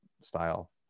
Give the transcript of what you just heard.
style